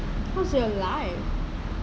how's your life